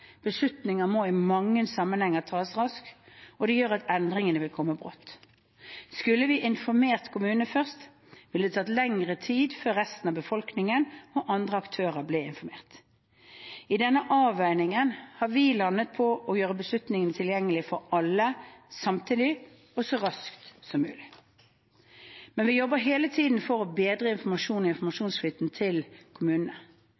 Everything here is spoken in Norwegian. Beslutninger må i mange sammenhenger tas raskt. Det gjør at endringer vil komme brått. Skulle vi informert kommunene først, ville det tatt lengre tid før resten av befolkningen og andre aktører ble informert. I denne avveiningen har vi landet på å gjøre beslutninger tilgjengelig for alle samtidig, og så raskt som mulig. Men vi jobber hele tiden for å bedre informasjonen og informasjonsflyten til kommunene.